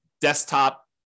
desktop